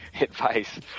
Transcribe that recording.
Advice